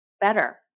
better